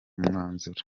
mwanzuro